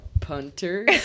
punter